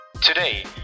Today